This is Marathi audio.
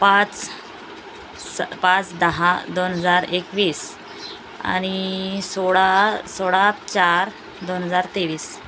पाच स पाच दहा दोन हजार एकवीस आणि सोळा सोळा चार दोन हजार तेवीस